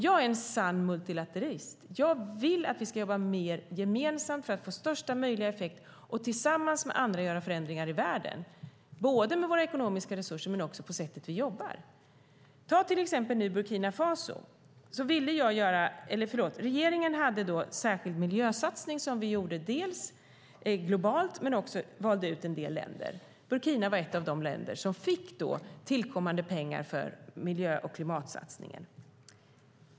Jag är en sann multilateralist. Jag vill att vi ska jobba mer gemensamt för att få största möjliga effekt och tillsammans med andra göra förändringar i världen, både med våra ekonomiska resurser och i det sätt vi jobbar på. När det gäller Burkina Faso hade regeringen en särskild miljösatsning som vi dels gjorde globalt, dels gjorde i en del länder som vi valde ut. Burkina var ett av de länder som fick tillkommande pengar för miljö och klimatsatsningen.